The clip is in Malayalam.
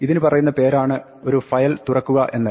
ഇതിന് പറയുന്ന പേരാണ് ഒരു ഫയൽ തുറക്കുക എന്ന്